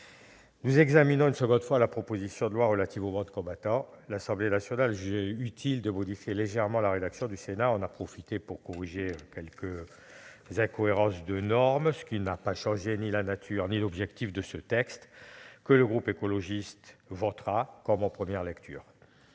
Nous examinons donc une seconde fois la proposition de loi relative au monde combattant. L'Assemblée nationale a jugé utile de modifier légèrement la rédaction du Sénat et en a profité pour corriger quelques incohérences entre les normes, ce qui ne change ni la nature ni l'objectif de ce texte que le groupe écologiste votera, comme en première lecture.